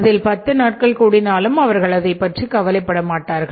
அதில் பத்து நாட்கள் கூடினாலும் அவர்கள் அதைப்பற்றி கவலைப்பட மாட்டார்கள்